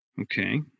Okay